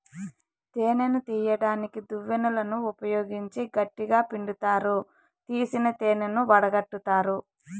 తేనెను తీయడానికి దువ్వెనలను ఉపయోగించి గట్టిగ పిండుతారు, తీసిన తేనెను వడగట్టుతారు